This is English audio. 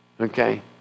okay